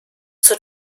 zur